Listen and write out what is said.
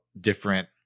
different